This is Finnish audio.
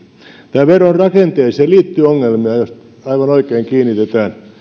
tämän veron rakenteeseen liittyy ongelmia joihin aivan oikein kiinnitetään